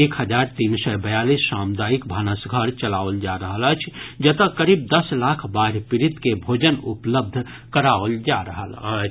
एक हजार तीन सय बयालीस सामुदायिक भानस घर चलाओल जा रहल अछि जतऽ करीब दस लाख बाढ़ि पीड़ित के भोजन उपलब्ध कराओल जा रहल अछि